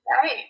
Right